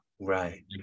right